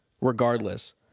regardless